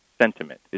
sentiment